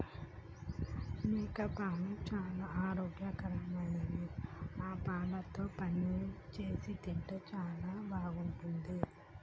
మేకపాలు చాలా ఆరోగ్యకరమైనవి ఆ పాలతో పన్నీరు చేసి తింటే చాలా బాగుంటది